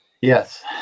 Yes